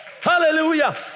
hallelujah